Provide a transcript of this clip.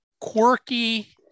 quirky